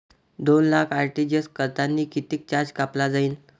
दोन लाख आर.टी.जी.एस करतांनी कितीक चार्ज कापला जाईन?